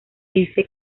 dice